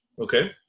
Okay